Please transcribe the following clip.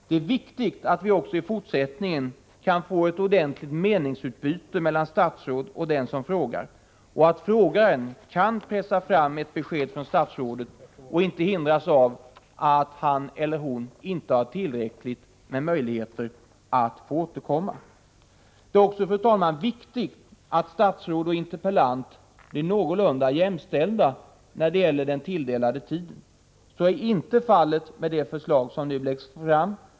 Det är viktigt att vi också i fortsättningen kan få ett ordentligt meningsutbyte mellan statsråd och den som frågar och att frågaren kan pressa fram ett besked från statsrådet utan att hindras av att han eller hon inte har tillräckligt med möjligheter att återkomma. Det är också viktigt, fru talman, att statsråd och interpellant blir någorlunda jämställda när det gäller den tilldelade tiden. Så är inte fallet enligt det förslag som nu läggs fram.